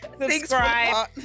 subscribe